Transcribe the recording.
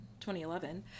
2011